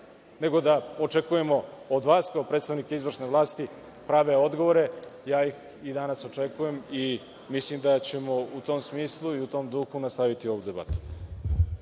nego da očekujemo od vas kao predstavnike izvršne vlasti prave odgovore. Ja i danas očekujem i mislim da ćemo u tom smislu i tom duhu nastaviti ovu debatu.